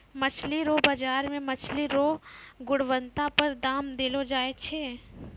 मछली रो बाजार मे मछली रो गुणबत्ता पर दाम देलो जाय छै